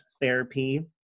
therapy